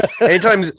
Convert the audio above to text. anytime